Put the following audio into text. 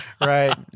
Right